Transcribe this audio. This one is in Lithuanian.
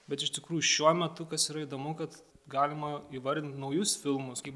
bet iš tikrųjų šiuo metu kas yra įdomu kad galima įvardint naujus filmus kaip